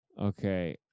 Okay